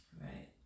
Right